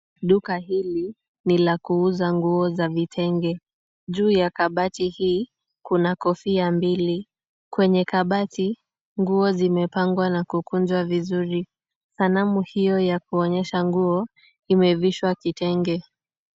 Duka hili ni la kuuza nguo za vitenge. Juu ya kabati hii, kuna kofia mbili. Kwenye kabati, nguo zimepangwa na kukunjwa vizuri. Sanamu hiyo ya kuonyesha nguo imevishwa kitenge.